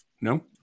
No